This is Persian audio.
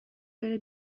بره